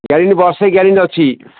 ଯାଇନି ବର୍ଷେ ଗ୍ୟାରେଣ୍ଟି ଅଛି